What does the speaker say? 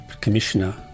Commissioner